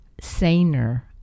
saner